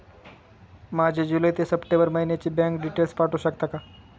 माझे जुलै ते सप्टेंबर महिन्याचे बँक डिटेल्स पाठवू शकता का?